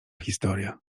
historia